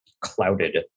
clouded